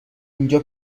اینجا